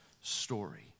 story